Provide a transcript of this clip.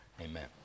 amen